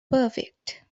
perfect